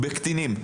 בקטינים.